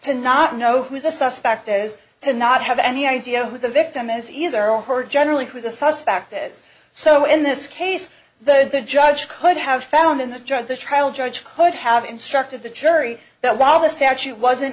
to not know who the suspect is to not have any idea who the victim is either or her generally who the suspect is so in this case the judge could have found in the judge the trial judge hoyt have instructed the jury that while the statute wasn't